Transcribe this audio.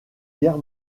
guerre